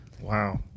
Wow